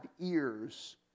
ears